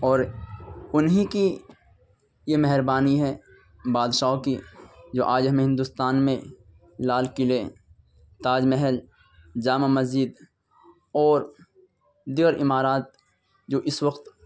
اور انہیں کی یہ مہربانی ہے بادشاہوں کی جو آج ہمیں ہندوستان میں لال قلعے تاج محل جامع مسجد اور دیگر عمارات جو اس وقت